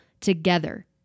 together